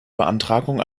beantragung